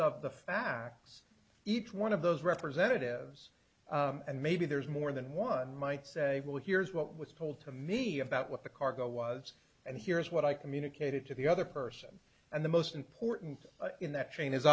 of the facts each one of those representatives and maybe there's more than one might say well here's what was told to me about what the cargo was and here is what i communicated to the other person and the most important in that chain